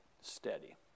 steady